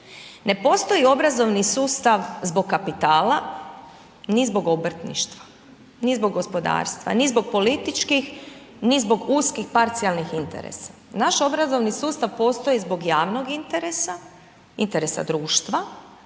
Ne postoji obrazovni sustav zbog kapitala ni zbog obrtništva ni zbog gospodarstva ni zbog političkih ni zbog uskih parcijalnih interesa. Naš obrazovni sustav postoji zbog javnog interesa, interesa društva,